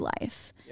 life